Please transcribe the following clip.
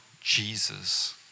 Jesus